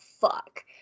fuck